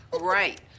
Right